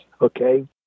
Okay